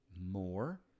more